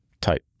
type